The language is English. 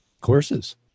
courses